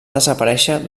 desaparèixer